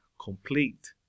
complete